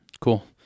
Cool